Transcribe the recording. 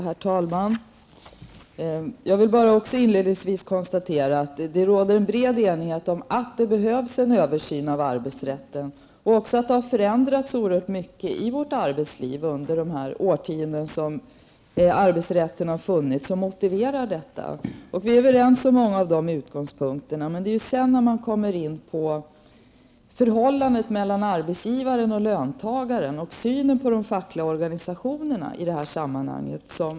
Herr talman! Jag vill inledningsvis konstatera att det råder en bred enighet om att det behövs en översyn av arbetsrätten och att mycket har förändrats i arbetslivet under de årtionden som arbetsrätten har funnits och som motiverar en översyn. Vi är överens om många av utgångspunkterna. Däremot skiljer det sig i synen på förhållandet mellan arbetsgivaren och löntagarna och de fackliga organisationerna.